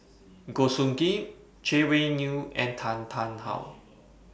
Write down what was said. Goh Soo Khim Chay Weng Yew and Tan Tarn How